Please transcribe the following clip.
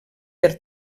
per